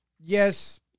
yes